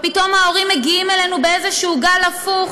פתאום ההורים מגיעים אלינו באיזשהו גל הפוך,